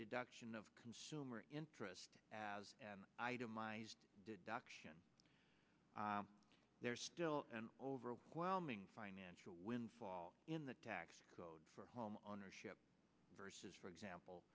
deduction of consumer interest as an itemized deduction there is still an overwhelming financial windfall in the tax code for home on a ship versus for example